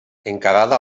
encarada